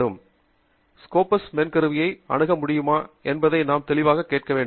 நாம் ஸ்கோபஸ் மென்கருவியை அணுக முடியுமா என்பதை நாம் தெளிவாகக் கேட்க வேண்டும்